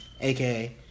aka